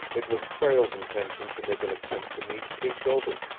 it was prale's intention to make an attempt to meet kate gilbert.